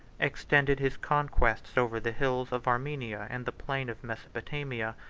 extended his conquests over the hills of armenia and the plain of mesopotamia,